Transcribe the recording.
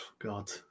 God